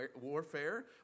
warfare